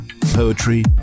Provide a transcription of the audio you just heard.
poetry